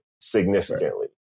significantly